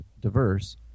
diverse